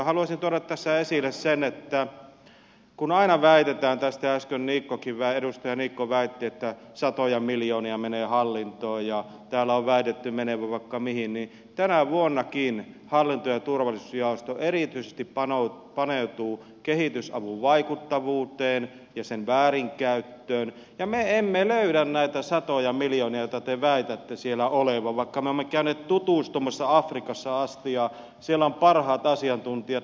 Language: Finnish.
haluaisin tuoda tässä esille sen että kun aina väitetään äsken edustaja niikkokin väitti että satoja miljoonia menee hallintoon ja täällä on väitetty menevän vaikka mihin niin tänäkin vuonna hallinto ja turvallisuusjaosto erityisesti paneutuu kehitysavun vaikuttavuuteen ja sen väärinkäyttöön ja me emme löydä näitä satoja miljoonia joita te väitätte siellä olevan vaikka me olemme käyneet tutustumassa afrikassa asti ja siellä on parhaat asiantuntijat